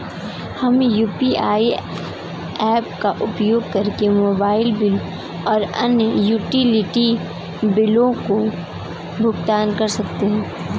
हम UPI apps का उपयोग करके मोबाइल बिल और अन्य यूटिलिटी बिलों का भुगतान कर सकते हैं